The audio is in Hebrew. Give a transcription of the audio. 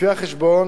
לפי החשבון,